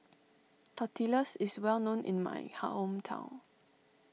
Tortillas is well known in my hometown